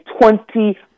twenty